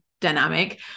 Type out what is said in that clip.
dynamic